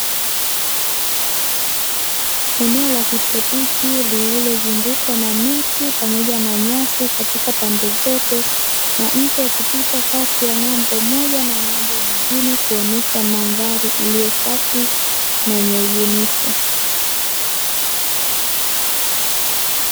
Eneo la kitropiki lililozungukwa na miti pamoja na nyasi katika pande zote, na mto ukipita kati ya ng’ambo moja na ng’ambo nyingine kuonyesha mandhari iliyo safi na yenye ubunifu.